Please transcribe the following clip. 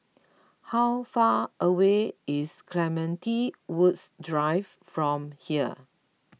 how far away is Clementi Woods Drive from here